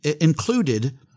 included